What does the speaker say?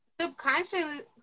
subconsciously